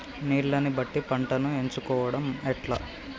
నీళ్లని బట్టి పంటను ఎంచుకోవడం ఎట్లా?